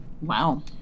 Wow